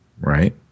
Right